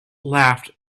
laughed